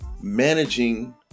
managing